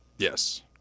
Yes